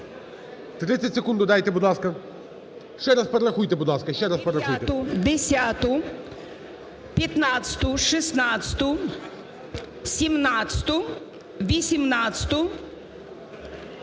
30 секунд додайте, будь ласка. Ще раз перерахуйте, будь ласка,